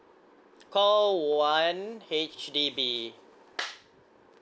call one H_D_B